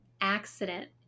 accident